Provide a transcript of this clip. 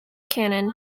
cannon